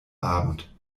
abend